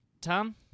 Tom